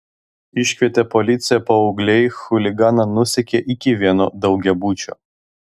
iškvietę policiją paaugliai chuliganą nusekė iki vieno daugiabučio